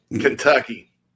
Kentucky